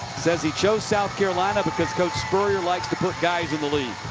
says he chose south carolina because coach spurrier likes to put guys in the lead.